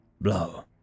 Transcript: blow